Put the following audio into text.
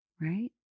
Right